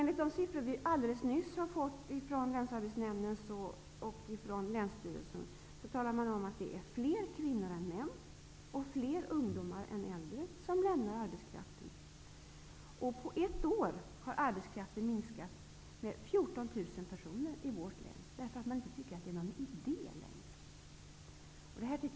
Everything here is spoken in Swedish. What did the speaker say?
Enligt de siffror vi helt nyligen har fått från länsarbetsnämnden och länsstyrelsen framgår att fler kvinnor än män och fler ungdomar än äldre lämnar sina arbeten. På ett år har arbetskraften minskat med 14 000 personer i vårt län, därför att man inte längre tycker att det är någon idé att söka arbete.